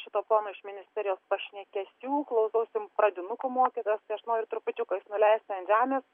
šito pono iš ministerijos pašnekesių klausausi pradinukų mokytojos tai aš noriu trupučiuką jus nuleisti ant žemės